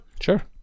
Sure